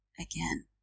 again